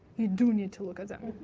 you do need to look at them.